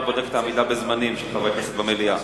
בודק את העמידה בזמנים של חברי כנסת במליאה.